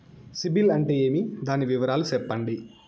సిబిల్ అంటే ఏమి? దాని వివరాలు సెప్పండి?